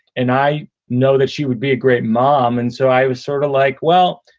and i know that she would be a great mom. and so i was sort of like, well,